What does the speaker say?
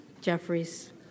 Jeffries